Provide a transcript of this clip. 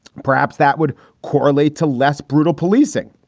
perhaps that would correlate to less brutal policing.